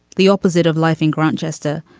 the opposite of life in grantchester,